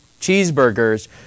cheeseburgers